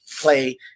play